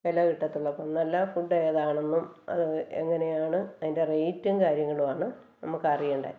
വില കിട്ടതുള്ളു അപ്പം നല്ല ഫുഡ് ഏതാണെന്നും അത് എങ്ങനെയാണ് അതിൻ്റെ റേറ്റും കാര്യങ്ങളും ആണ് നമുക്കറിയേണ്ടത്